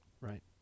right